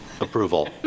approval